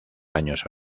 años